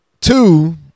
Two